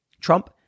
Trump